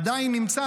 עדיין נמצא,